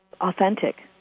authentic